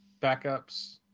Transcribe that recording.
backups